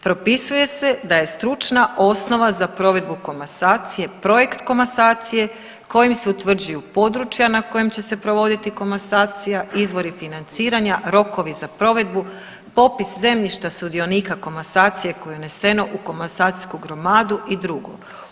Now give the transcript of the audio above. Propisuje se da je stručna osnova za provedbu komasacije projekt komasacije kojim se utvrđuju područja na kojem će se provoditi komasacija, izvori financiranja, rokovi za provedbu, popis zemljišta sudionika komasacije koje je uneseno u komasacijsku gromadu i drugo.